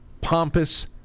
pompous